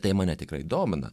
tai mane tikrai domina